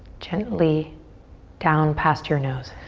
gently down past your nose.